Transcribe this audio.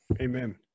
Amen